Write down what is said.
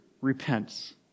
repents